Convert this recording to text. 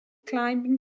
climbing